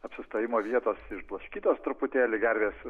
apsistojimo vietos išblaškytos truputėlį gervės